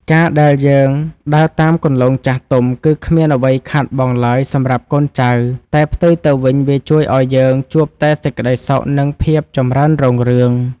ការដែលយើងដើរតាមគន្លងចាស់ទុំ គឺគ្មានអ្វីខាតបង់ឡើយសម្រាប់កូនចៅតែផ្ទុយទៅវិញវាជួយឱ្យយើងជួបតែសេចក្តីសុខ និងភាពចម្រើនរុងរឿង។